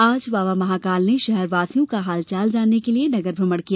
आज बाबा महाकाल ने शहर वासियों का हाल चाल जानने के लिए नगर भ्रमण किया